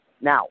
Now